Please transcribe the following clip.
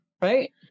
Right